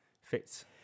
fits